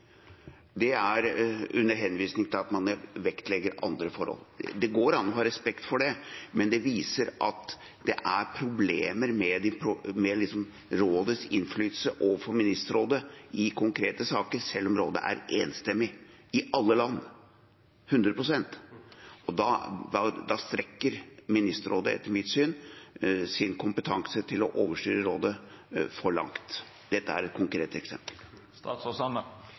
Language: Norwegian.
under henvisning til at man vektlegger andre forhold. Det går an å ha respekt for det, men det viser at det er problemer med Rådets innflytelse overfor Ministerrådet i konkrete saker, selv om Rådet er 100 pst. enstemmig – i alle land. Da strekker Ministerrådet, etter mitt syn, sin kompetanse til å overstyre Rådet for langt. Dette er et konkret eksempel.